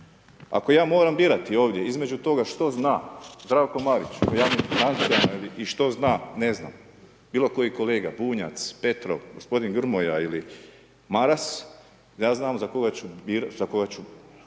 Ako ja moram birati ovdje između toga što zna Zdravko Marić o javnim financijama i što zna ne znam bilo koji kolega Bunjac, Petrov, gospodin Grmoja ili Maras, ja znam za koga ću birati